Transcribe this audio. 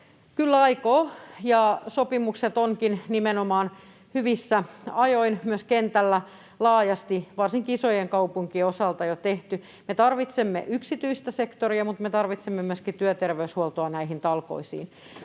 Kyllä aikoo, ja sopimukset onkin nimenomaan hyvissä ajoin myös kentällä laajasti varsinkin isojen kaupunkien osalta jo tehty. Me tarvitsemme yksityistä sektoria, mutta me tarvitsemme myöskin työterveyshuoltoa näihin talkoisiin.